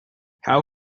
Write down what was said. how